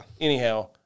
anyhow